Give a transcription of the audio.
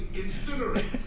incinerate